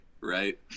right